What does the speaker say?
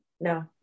no